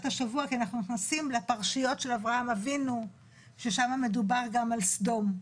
השבוע כי אנחנו נכנסים לפרשיות של אברהם אבינו ששם מדובר גם על סדום.